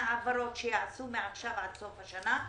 חלק מההעברות שייעשו מעכשיו עד סוף השנה,